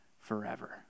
forever